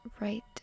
right